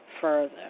further